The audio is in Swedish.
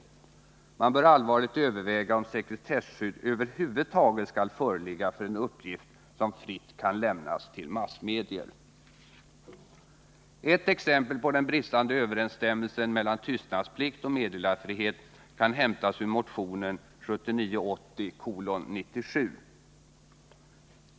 Man bör allvarligt överväga om sekretesskydd över huvud taget skall föreligga för en uppgift som fritt kan lämnas till massmedier.” Ett exempel på den bristande överensstämmelsen mellan tystnadsplikt och meddelarfrihet kan hämtas ur motionen 1979/80:97.